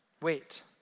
Wait